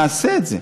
נעשה את זה.